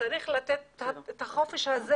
וצריך לתת את החופש הזה.